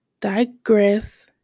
digress